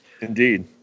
Indeed